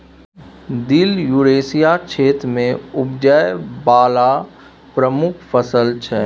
दिल युरेसिया क्षेत्र मे उपजाबै बला प्रमुख फसल छै